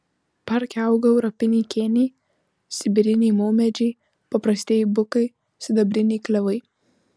parke augo europiniai kėniai sibiriniai maumedžiai paprastieji bukai sidabriniai klevai